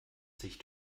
sich